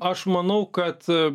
aš manau kad